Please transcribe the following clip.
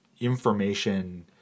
information